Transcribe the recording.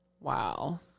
Wow